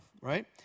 right